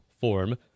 form